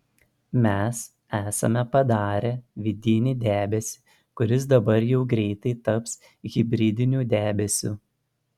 mes esame padarę vidinį debesį kuris dabar jau greitai taps hibridiniu debesiu